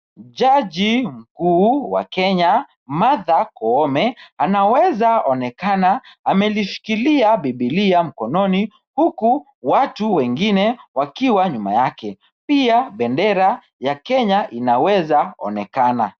Jaji mkuu wa Kenya, Martha Koome, anaweza onekana amelishikilia bibilia mkononi huku watu wengine wakiwa nyuma yake. Pia, bendera ya Kenya inaweza onekana.